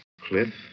cliff